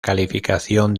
calificación